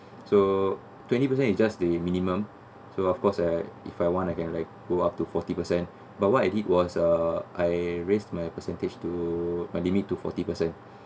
so twenty percent is just the minimum so of course like if I want I can like go up to forty percent but what I did was uh I raised my percentage to I limit to forty percent